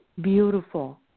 beautiful